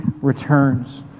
returns